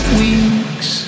weeks